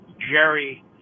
Jerry